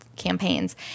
campaigns